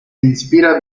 inspira